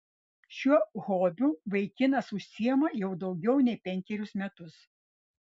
šiuo hobiu vaikinas užsiima jau daugiau nei penkerius metus